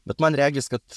bet man regis kad